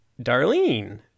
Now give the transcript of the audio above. Darlene